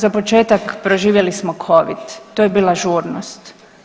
Za početak, proživjeli smo Covid, to je bila žurnost.